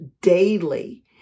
daily